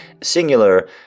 Singular